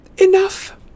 Enough